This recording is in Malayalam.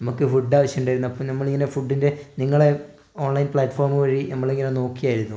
നമുക്ക് ഫുഡ് ആവിശ്യണ്ടായിരുന്നു അപ്പോൾ നമ്മളിങ്ങനെ ഫുഡിൻ്റെ നിങ്ങളെ ഓൺലൈൻ പ്ലാറ്റ്ഫോമുവഴി നമ്മള് ഇങ്ങനെ നോക്കിയായിരുന്നു